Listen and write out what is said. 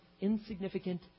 insignificant